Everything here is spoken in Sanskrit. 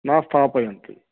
न स्थापयन्ति